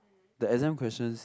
the exam questions